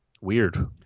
weird